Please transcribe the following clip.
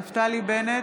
נפתלי בנט,